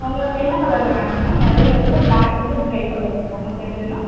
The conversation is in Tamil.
உங்களுக்கு என்ன கலர்ல மேடம் வேணும் மெரூன் இருக்குது ப்ளாக் இருக்குது க்ரே கலர் இருக்குது உங்களுக்கு எது வேணும்